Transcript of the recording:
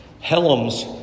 Helms